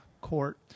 court